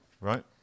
Right